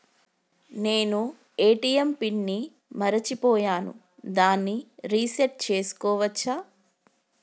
నేను ATM pin ని మరచిపోయాను దాన్ని రీ సెట్ చేసుకోవచ్చా?